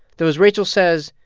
though as rachel says,